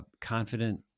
confident